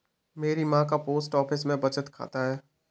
मेरी मां का पोस्ट ऑफिस में बचत खाता है